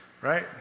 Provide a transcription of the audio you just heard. right